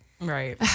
right